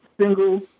single